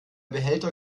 behälter